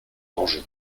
danger